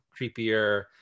creepier